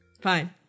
Fine